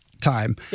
time